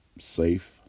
safe